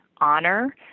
honor